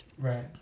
right